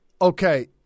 Okay